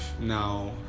now